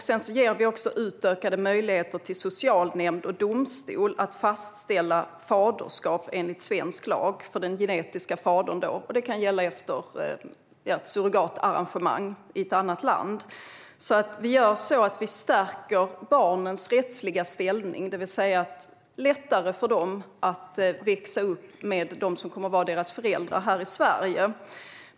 Sedan ger vi också utökade möjligheter till socialnämnd och domstol att fastställa faderskap enligt svensk lag för den genetiska fadern. Det kan gälla efter ett surrogatarrangemang i ett annat land. Vi stärker barnens rättsliga ställning. Det blir lättare för dem att växa upp med dem som kommer att vara deras föräldrar här i Sverige.